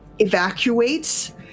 evacuates